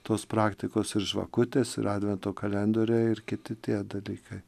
tos praktikos ir žvakutės ir advento kalendoriai ir kiti tie dalykai